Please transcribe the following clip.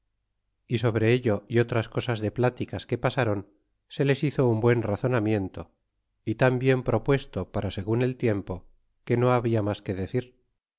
y sobre ello y otras cosas de platicas que pasaron se les hizo un buen razonamiento y tan bien propuesto para segun el tiempo que no habla mas que decir